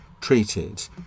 treated